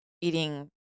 eating